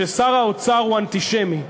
ששר האוצר הוא אנטישמי.